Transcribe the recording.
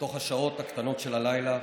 לתוך השעות הקטנות של הלילה,